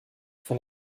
von